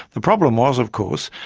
the problem was, of course,